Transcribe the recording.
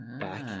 back